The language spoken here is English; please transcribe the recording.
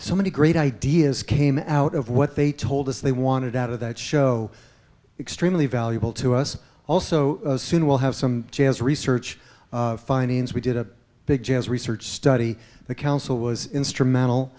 so many great ideas came out of what they told us they wanted out of that show extremely valuable to us also soon we'll have some chance research findings we did a big jazz research study the council was instrumental